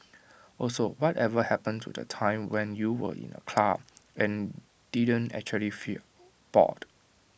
also whatever happened to the time when you were in A club and didn't actually feel bored